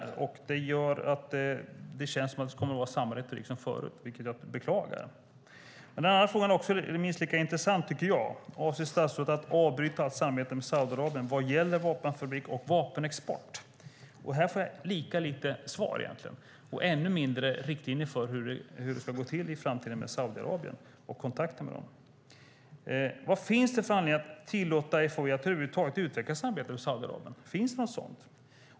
Det känns som om det kommer att vara samma retorik som förut, vilket jag beklagar. Jag tycker att den andra frågan är minst lika intressant: Avser statsrådet att avbryta allt samarbete med Saudiarabien vad gäller vapenfabrik och vapenexport? Här får jag inte heller något svar och ännu mindre några riktlinjer för hur det ska gå till i framtiden när det gäller kontakterna med Saudiarabien. Vad finns det för anledning att tillåta FOI att över huvud taget utveckla ett samarbete med Saudiarabien?